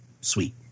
sweet